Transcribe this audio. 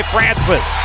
Francis